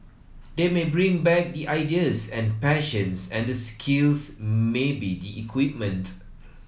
they may bring back the ideas and the passions and the skills maybe the equipment